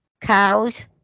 cows